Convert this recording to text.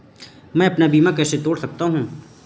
मैं अपना बीमा कैसे तोड़ सकता हूँ?